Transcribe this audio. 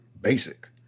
basic